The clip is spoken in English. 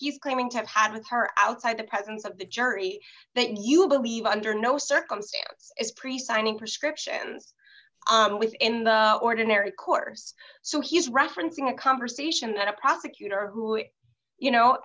he's claiming to have had with her outside the presence of the jury that you believe under no circumstance is precisely prescriptions within the ordinary course so he's referencing a conversation that a prosecutor who you know